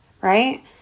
right